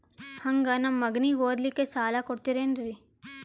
ಹಂಗ ನಮ್ಮ ಮಗನಿಗೆ ಓದಲಿಕ್ಕೆ ಸಾಲ ಕೊಡ್ತಿರೇನ್ರಿ?